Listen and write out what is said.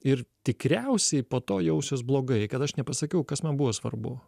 ir tikriausiai po to jausiuos blogai kad aš nepasakiau kas man buvo svarbu